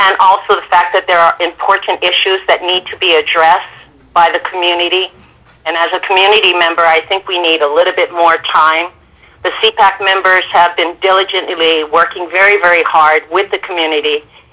and also the fact that there are important issues that need to be addressed by the community and as a community member i think we need a little bit more time to sit back members have been diligently working very very hard with the community